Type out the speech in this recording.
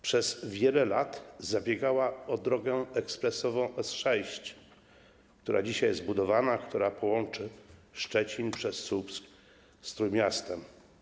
Przez wiele lat zabiegała o drogę ekspresową S6, która dzisiaj jest zbudowana, która połączy Szczecin przez Słupsk z Trójmiastem.